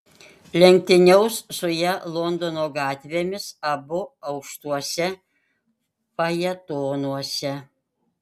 lenktyniaus su ja londono gatvėmis abu aukštuose fajetonuose